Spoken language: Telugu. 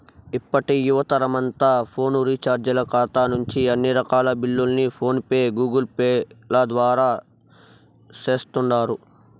ఇప్పటి యువతరమంతా ఫోను రీచార్జీల కాతా నుంచి అన్ని రకాల బిల్లుల్ని ఫోన్ పే, గూగుల్పేల ద్వారా సేస్తుండారు